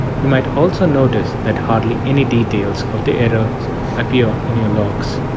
you might also notice that hardly any details of the errors appear in your logs.